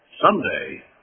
someday